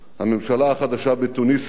הממשלה החדשה בתוניסיה,